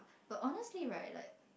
but honestly right like